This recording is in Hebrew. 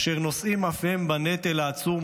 אשר נושאים אף הם בנטל העצום,